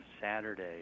Saturday